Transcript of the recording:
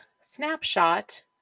snapshot